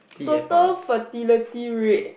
turtle fertility rate